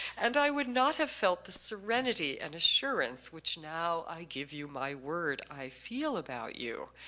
and i would not have felt the serenity and assurance which now i give you my word i feel about you.